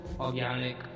organic